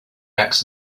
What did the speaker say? axe